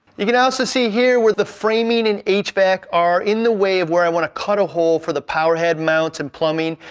you can also see here where the framing and hvac are in the way of where i wanna cut a hole for the power head mounts and plumbing.